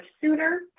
sooner